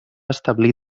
establir